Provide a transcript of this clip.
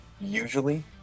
usually